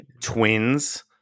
twins